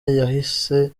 yahise